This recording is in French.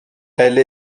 elle